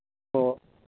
ᱠᱚ